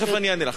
תיכף אני אענה לך.